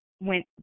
went